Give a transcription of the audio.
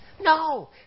No